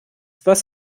was